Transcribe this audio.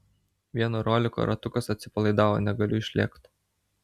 vieno roliko ratukas atsipalaidavo negaliu išlėkt